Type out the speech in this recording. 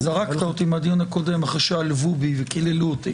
זרקת אותי מהדיון הקודם אחרי שעלבו בי וקיללו אותי.